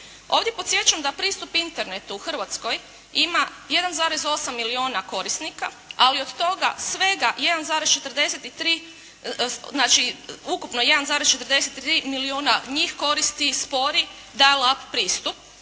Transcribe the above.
Ovdje podsjećam da pristup Internetu u Hrvatskoj ima 1,8 milijuna korisnika, ali od toga svega 1,43 znači ukupno 1,43 milijuna